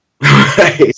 right